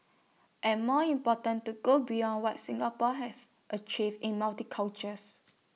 and more important to go beyond what Singapore have achieved in multi cultures